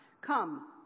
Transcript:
Come